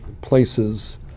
places